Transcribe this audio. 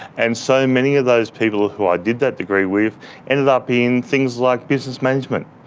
and so many of those people who i did that degree with ended up in things like business management.